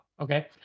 Okay